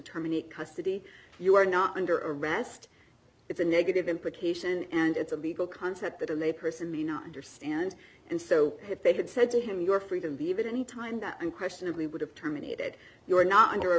terminate custody you are not under arrest it's a negative implication and it's a legal concept that a layperson may not understand and so if they had said to him your freedom of even any time that unquestionably would have terminated you were not under